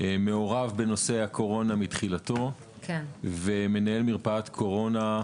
אני מעורב בנושא הקורונה מתחילתו ומנהל מרפאת קורונה,